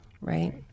right